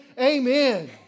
Amen